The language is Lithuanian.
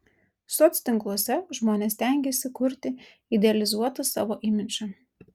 soctinkluose žmonės stengiasi kurti idealizuotą savo imidžą